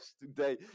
today